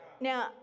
Now